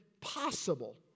possible